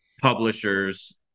publishers